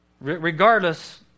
Regardless